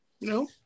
No